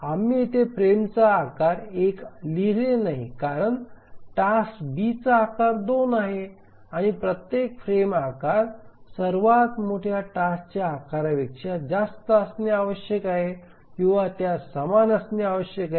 आम्ही येथे फ्रेमचा आकार 1 लिहिले नाही कारण टास्क बीचा आकार 2 आहे आणि प्रत्येक फ्रेम आकार सर्वात मोठ्या टास्कच्या आकारापेक्षा जास्त असणे आवश्यक आहे किंवा त्या समान असणे आवश्यक आहे